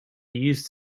used